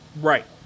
Right